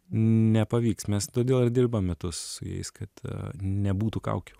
nepavyks mes todėl ir dirbam metus su jais kad nebūtų kaukių